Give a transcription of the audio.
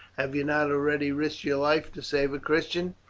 have you not already risked your life to save a christian?